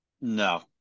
no